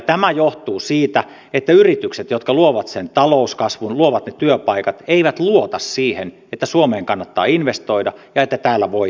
tämä johtuu siitä että yritykset jotka luovat sen talouskasvun luovat ne työpaikat eivät luota siihen että suomeen kannattaa investoida ja että täällä voi menestyä